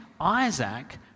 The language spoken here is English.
Isaac